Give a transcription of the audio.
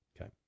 Okay